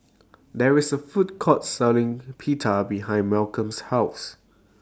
There IS A Food Court Selling Pita behind Malcom's House